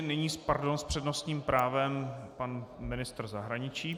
Nyní s přednostním právem pan ministr zahraničí.